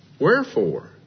wherefore